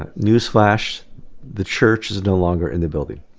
ah newsflash the church is no longer in the building